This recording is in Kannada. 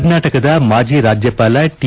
ಕರ್ನಾಟಕದ ಮಾಜಿ ರಾಜ್ಯಪಾಲ ಟಿ